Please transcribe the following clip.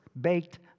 baked